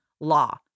law